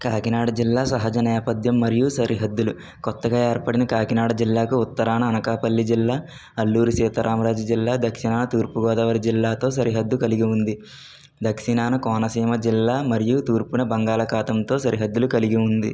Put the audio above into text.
కాకినాడ జిల్లా సహజ నేపథ్యం మరియు సరిహద్దులు క్రొత్తగా ఏర్పడిన కాకినాడ జిల్లాకు ఉత్తరాన అనకాపల్లి జిల్లా అల్లూరి సీతారామరాజు జిల్లా దక్షిణాన తూర్పుగోదావరి జిల్లాతో సరిహద్దు కలిగి ఉంది దక్షిణాన కోనసీమ జిల్లా మరియు తూర్పున బంగాళాఖాతంతో సరిహద్దులు కలిగి ఉంది